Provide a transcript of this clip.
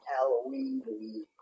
Halloween